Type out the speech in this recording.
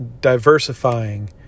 diversifying